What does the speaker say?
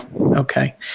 Okay